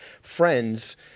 friends